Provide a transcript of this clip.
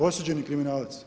Osuđeni kriminalac.